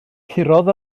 curodd